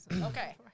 Okay